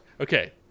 Okay